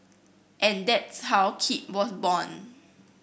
and that's how Keep was born